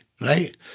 right